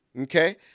okay